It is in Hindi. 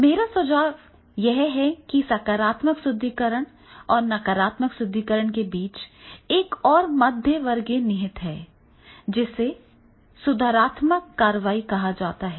मेरा सुझाव यह है कि सकारात्मक सुदृढीकरण और नकारात्मक सुदृढीकरण के बीच एक और मध्य मार्ग निहित है जिसे सुधारात्मक कार्रवाई कहा जाता है